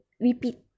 repeat